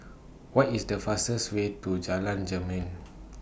What IS The fastest Way to Jalan Jermin